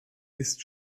ist